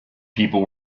people